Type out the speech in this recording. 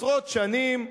עשרות שנים,